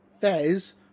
Fez